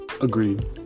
Agreed